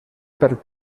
per